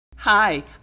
Hi